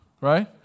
right